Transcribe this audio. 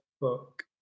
book